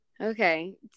Okay